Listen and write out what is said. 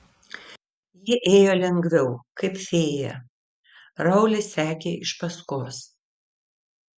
ji ėjo lengviau kaip fėja raulis sekė iš paskos